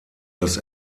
das